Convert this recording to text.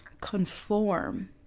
conform